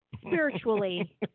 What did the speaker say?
spiritually